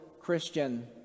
Christian